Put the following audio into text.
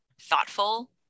thoughtful